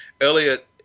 Elliot